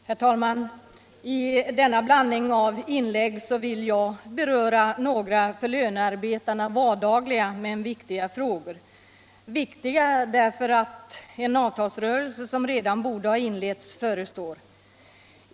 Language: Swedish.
Herr talman! I denna blandning av inlägg vill jag beröra några för lönarbetarna vardagliga men viktiga frågor — viktiga därför att en avtalsrörelse som redan borde ha inletts förestår.